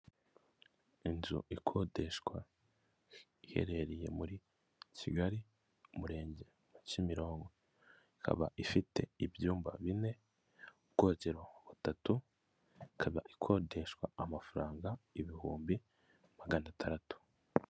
Inzu ikodeshwa. Iherereye muri Kigali, umurenge wa Kimironko. Ikaba ifite ibyumba bine, ubwogero butatu, ikaba ikodeshwa amafaranga ibihumbi magana ataratu.